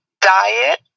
diet